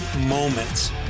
moments